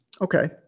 Okay